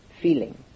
feeling